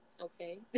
okay